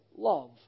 Love